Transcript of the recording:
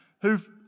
who've